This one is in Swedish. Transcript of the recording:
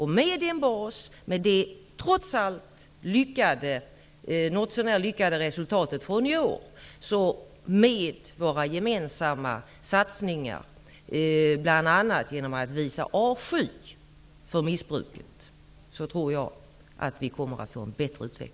Med en bas i det trots allt något så när lyckade resultatet från i år tror jag att vi kommer att få en bättre utveckling genom våra gemensamma satsningar, bl.a. genom att visa avsky för missbruket.